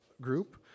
group